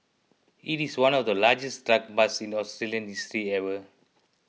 it is one of the largest drug busts in Australian history ever